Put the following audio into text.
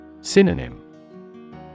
Synonym